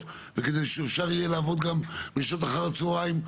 וכדי שאפשר יהיה לעבוד גם בשעות אחר הצוהריים,